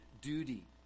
duty